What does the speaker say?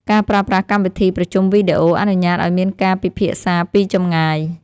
ការប្រើប្រាស់កម្មវិធីប្រជុំវីដេអូ អនុញ្ញាតឱ្យមានការពិភាក្សាពីចម្ងាយ។